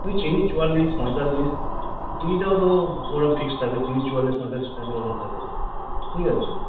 ওই চিনি চুয়াল্লিশ পঁয়তাল্লিশ চিনিটাও তো ওরকম ফিক্সড থাকে চিনি চুয়াল্লিশ পঁয়তাল্লিশ টাকা এরকম থাকে ঠিক আছে